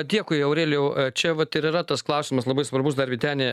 dėkui aurelijau čia vat ir yra tas klausimas labai svarbus dar vyteni